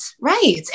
right